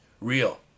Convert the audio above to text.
Real